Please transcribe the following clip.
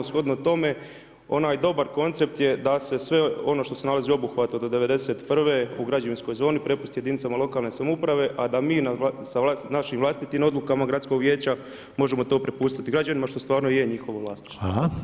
Shodno tome onaj dobar koncept je da se sve ono što se nalazi obuhvatu od '91. u građevinskoj zoni prepusti jedinicama lokalne samouprave, a da mi sa našim vlastitim odlukama gradskog vijeća možemo to prepustiti građanima što stvarno i je njihovo vlasništvo.